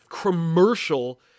commercial